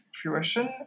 fruition